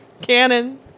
canon